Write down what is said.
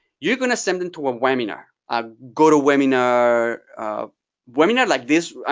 you're going to send them to a webinar. a goto webinar webinar like this,